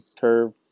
curve